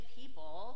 people